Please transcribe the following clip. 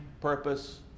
purpose